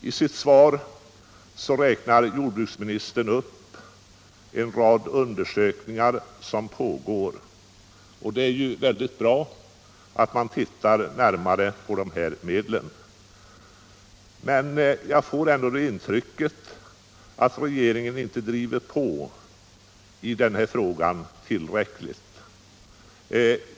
I sitt svar räknar jordbruksministern upp en rad undersökningar som pågår. Det är bra att man ser närmare på dessa medel. Men jag får ändå intrycket att regeringen inte driver på tillräckligt i den här frågan.